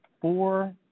four